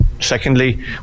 secondly